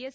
S